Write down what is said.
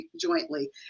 jointly